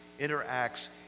interacts